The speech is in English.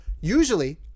usually